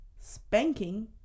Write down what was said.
spanking